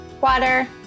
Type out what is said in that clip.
water